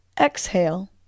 exhale